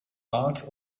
art